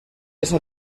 esa